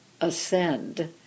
ascend